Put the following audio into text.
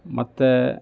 ಮತ್ತೆ